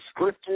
scripted